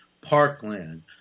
Parkland